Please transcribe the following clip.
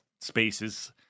spaces